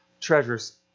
treasures